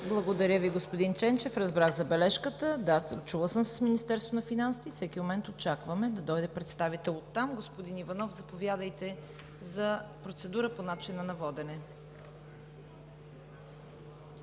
Благодаря Ви, господин Ченчев, разбрах забележката. Да, чула съм се с Министерството на финансите и всеки момент очакваме да дойде представител от там. Господин Иванов, заповядайте за процедура по начина на водене.